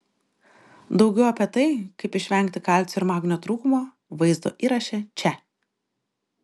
daugiau apie tai kaip išvengti kalcio ir magnio trūkumo vaizdo įraše čia